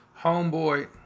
homeboy